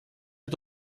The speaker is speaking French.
est